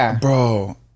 bro